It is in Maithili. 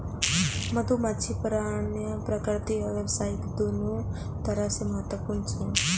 मधुमाछी परागण प्राकृतिक आ व्यावसायिक, दुनू तरह सं महत्वपूर्ण छै